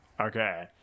Okay